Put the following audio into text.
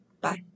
Bye